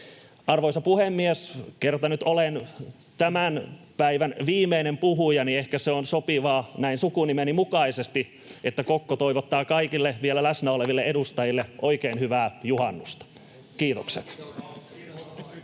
Arvoisa puhemies! Kerta nyt olen tämän päivän viimeinen puhuja, niin ehkä on sopivaa näin sukunimeni mukaisesti, että Kokko toivottaa kaikille vielä läsnä oleville edustajille oikein hyvää juhannusta. — Kiitokset.